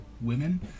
women